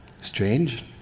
Strange